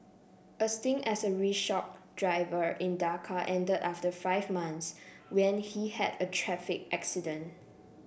a stint as a rickshaw driver in Dhaka end after five months when he had a traffic accident